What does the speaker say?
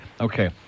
Okay